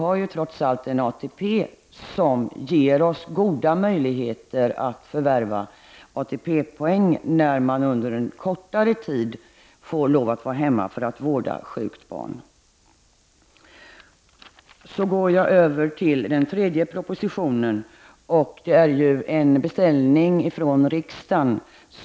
ATP-reglerna ger ju goda möjligheter till förvärvande av ATP-poäng för den som under en kortare tid måste vara hemma för att vårda sjukt barn. Den tredje propositionen har tillkommit efter en beställning från riksdagen.